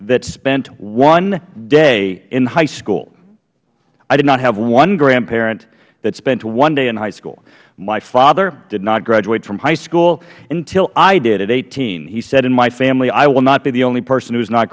that spent one day in high school i did not have one grandparent that spent one day in high school my father did not graduate from high school until i did at eighteen he said in my family i will not be the only person who has not